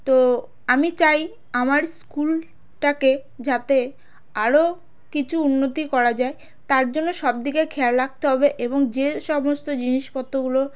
তো আমি চাই আমার স্কুলটাকে যাতে আরও কিছু উন্নতি করা যায় তার জন্য সবদিকে খেয়াল রাখতে হবে এবং যে সমস্ত জিনিসপত্রগুলোর